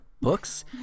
Books